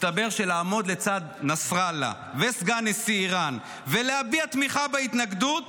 מסתבר שלעמוד לצד נסראללה וסגן נשיא איראן ולהביע תמיכה בהתנגדות